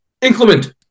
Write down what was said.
inclement